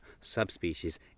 subspecies